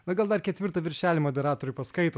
na gal dar ketvirtą viršelį moderatoriai paskaito